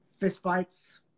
fistfights